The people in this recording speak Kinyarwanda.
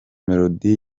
melodie